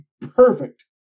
perfect